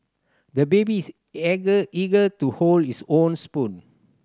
the baby is eager to hold his own spoon